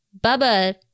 Bubba